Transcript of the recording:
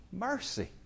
mercy